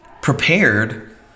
prepared